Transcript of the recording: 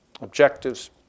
objectives